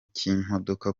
cy’imodoka